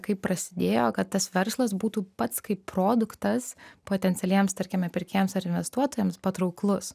kaip prasidėjo kad tas verslas būtų pats kaip produktas potencialiems tarkime pirkėjams ar investuotojams patrauklus